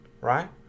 Right